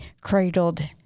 cradled